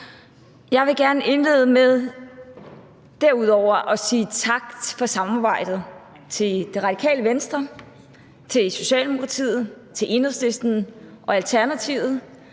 Jeg vil gerne indlede med derudover at sige tak for samarbejdet til Det Radikale Venstre, Socialdemokratiet, Enhedslisten og Alternativet